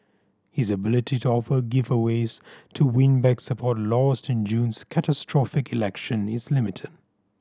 his ability to offer giveaways to win back support lost in June's catastrophic election is limited